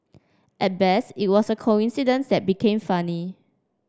at best it was a coincidence that became funny